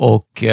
Och